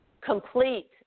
complete